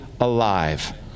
alive